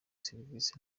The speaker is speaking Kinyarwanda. serivisi